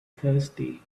thirsty